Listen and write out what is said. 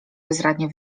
bezradnie